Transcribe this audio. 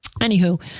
Anywho